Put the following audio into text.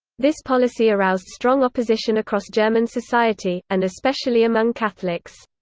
this policy aroused strong opposition across german society, and especially among catholics.